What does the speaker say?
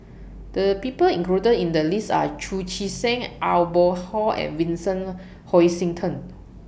The People included in The list Are Chu Chee Seng Aw Boon Haw and Vincent Hoisington